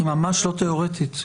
היא ממש לא תיאורטית.